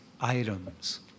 items